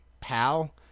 pal